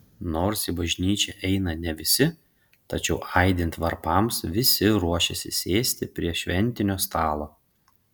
nors į bažnyčią eina ne visi tačiau aidint varpams visi ruošiasi sėsti prie šventinio stalo